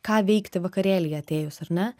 ką veikti vakarėly atėjus ar ne